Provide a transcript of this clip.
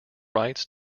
rights